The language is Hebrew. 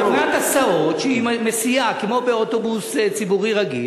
חברת הסעות שמסיעה כמו באוטובוס ציבורי רגיל,